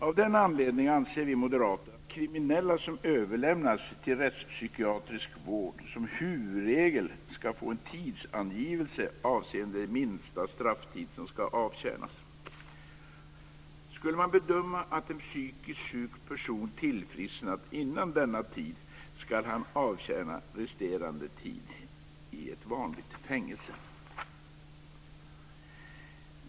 Av denna anledning anser vi moderater att kriminella som överlämnas till rättspsykiatrisk vård som huvudregel ska få en tidsangivelse avseende minsta strafftid som ska avtjänas. Skulle man bedöma att en psykiskt sjuk person tillfrisknat innan denna tid gått ska han avtjäna resterande tid i ett vanligt fängelse.